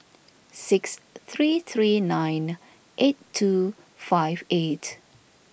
six three three nine eight two five eight